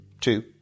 two